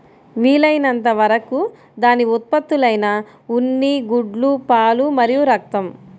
వీలైనంత వరకు దాని ఉత్పత్తులైన ఉన్ని, గుడ్లు, పాలు మరియు రక్తం